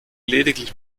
lediglich